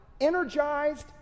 energized